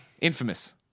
Infamous